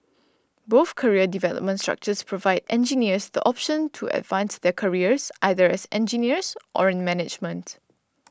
both career development structures provide engineers the option to advance their careers either as engineers or in management